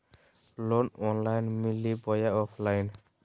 Loan online मिली बोया offline?